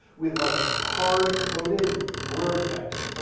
with like hard-coded word vectors. so